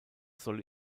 soll